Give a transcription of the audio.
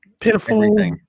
pitiful